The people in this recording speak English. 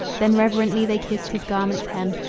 then reverently they kissed his garment's hem,